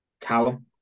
Callum